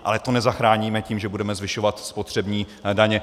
Ale to nezachráníme tím, že budeme zvyšovat spotřební daně.